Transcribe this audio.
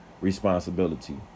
responsibility